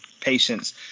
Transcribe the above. patients